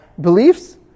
beliefs